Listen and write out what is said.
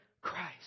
Christ